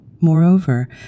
Moreover